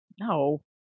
No